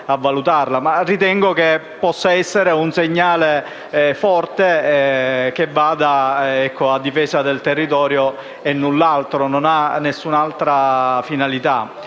l'emendamento possa essere un segnale forte a difesa del territorio e null'altro: non ha nessun'altra finalità.